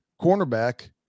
cornerback